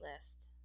list